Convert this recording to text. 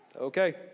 Okay